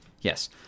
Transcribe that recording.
Yes